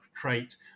trait